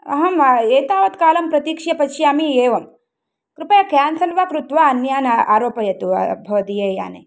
अहम् एतावत्कालं प्रतीक्ष्य पश्यामि एवं कृपया केन्सल् वा कृत्वा अन्यान् आरोपयतु भवदीययाने